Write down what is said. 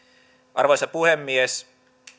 arvoisa puhemies